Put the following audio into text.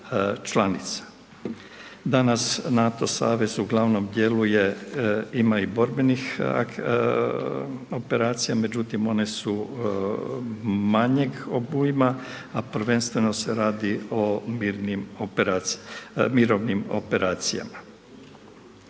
Danas NATO savez uglavnom djeluje, ima i borbenih operacija, međutim, one su manjeg obujma, a prvenstveno se radi o mirovnim operacijama.